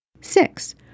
Six